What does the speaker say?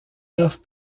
œuf